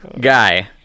guy